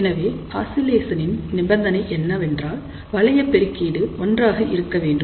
எனவே ஆசிலேசனின் நிபந்தனை என்னவென்றால் வளைய பெருக்கீடு ஒன்றாக இருக்க வேண்டும்